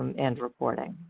and reporting.